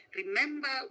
remember